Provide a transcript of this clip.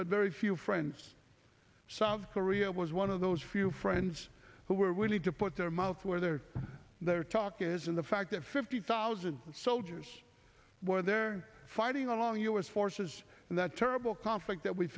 but very few friends south korea was one of those few friends who were we need to put their mouth where their their talk is in the fact that fifty thousand soldiers were there fighting along u s forces and that terrible conflict that we